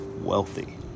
wealthy